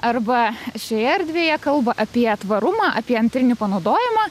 arba šioje erdvėje kalba apie tvarumą apie antrinį panaudojimą